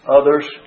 others